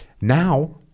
Now